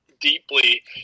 deeply